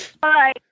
Bye